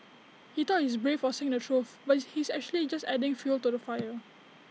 he thought he's brave for saying the truth but is he's actually just adding fuel to the fire